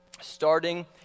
starting